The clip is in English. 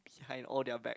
behind all their back